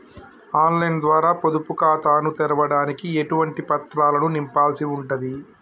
On line ద్వారా పొదుపు ఖాతాను తెరవడానికి ఎటువంటి పత్రాలను నింపాల్సి ఉంటది?